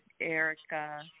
Erica